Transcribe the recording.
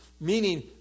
Meaning